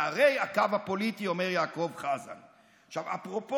ערי ישראל: ירושלים, יפו,